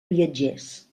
viatgers